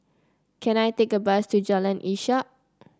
can I take a bus to Jalan Ishak